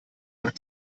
nach